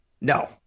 No